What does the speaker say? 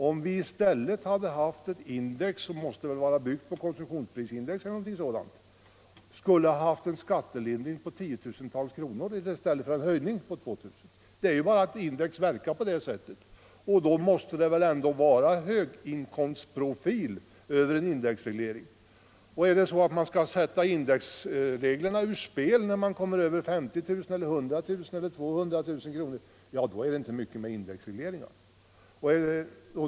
Om vi i stället hade haft ett index, som måste vara byggt på konsumtionsprisindex eller någonting sådant, skulle denne inkomsttagare ha fått en skattelindring på 10 000-tals kronor i stället för en höjning på 2 000. Indexreglering verkar på det sättet. En indexreglering har en höginkomstprofil. Om nu indexregleringarna skall sättas ur spel över 50 000, 100 000 eller 200 000 kronors inkomst, är det inte mycket med indexregleringar.